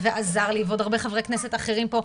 ועזר לי ועוד הרבה חברי כנסת אחרים פה.